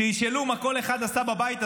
כשישאלו מה כל אחד עשה בבית הזה,